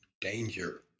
danger